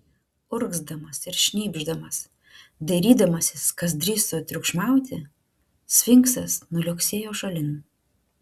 urgzdamas ir šnypšdamas dairydamasis kas drįso triukšmauti sfinksas nuliuoksėjo šalin